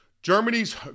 Germany's